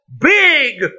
big